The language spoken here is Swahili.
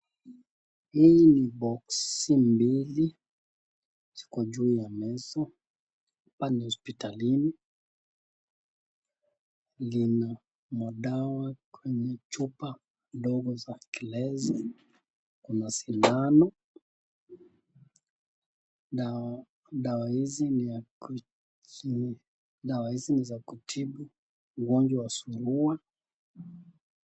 Hii ni boksi mbili, ziko juu ya meza. Hapa ni hospitalini, lina madawa kwenye chupa ndogo za gilasi. Kuna sindano na dawa hizi ni za kutibu ugonjwa wa surua.